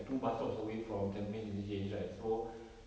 two bus stops away from tampines interchange right so